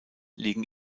legen